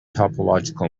topological